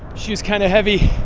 shoes kind of heavy,